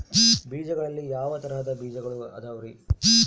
ಬೇಜಗಳಲ್ಲಿ ಯಾವ ತರಹದ ಬೇಜಗಳು ಅದವರಿ?